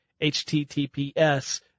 HTTPS